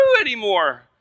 anymore